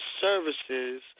services